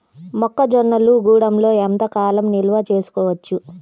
మొక్క జొన్నలు గూడంలో ఎంత కాలం నిల్వ చేసుకోవచ్చు?